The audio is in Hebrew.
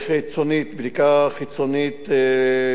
בדיקה חיצונית לאסירים,